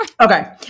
Okay